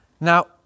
Now